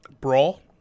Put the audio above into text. Brawl